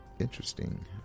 interesting